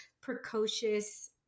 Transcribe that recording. precocious